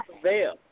prevail